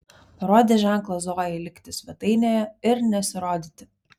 parodė ženklą zojai likti svetainėje ir nesirodyti